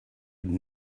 would